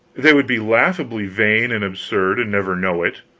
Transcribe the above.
they would be laughably vain and absurd and never know it,